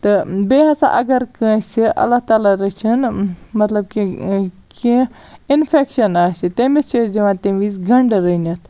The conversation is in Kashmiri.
تہٕ بیٚیہِ ہَسا اَگَر کٲنٛسہِ اللہ تعالیٰ رٔچھِنۍ مَطلب کہِ کینٛہہ اِنفیٚکشَن آسہِ تٔمِس چھِ أسۍ دِوان تمہِ وِز گَنڈٕ رٔنِتھ